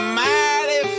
mighty